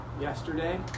yesterday